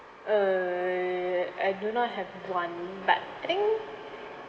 uh I do not have one but I think